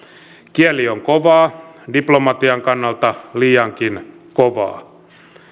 kieli on kovaa diplomatian kannalta liiankin kovaa